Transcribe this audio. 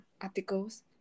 articles